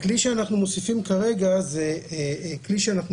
הכלי שאנחנו מוסיפים כרגע הוא כלי שאנחנו